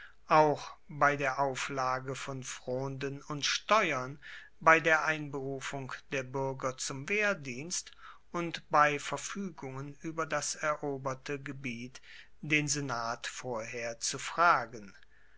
auch bei der auflage von fronden und steuern bei der einberufung der buerger zum wehrdienst und bei verfuegungen ueber das eroberte gebiet den senat vorher zu fragen